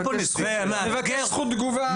מבקש זכות תגובה,